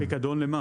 פיקדון למה?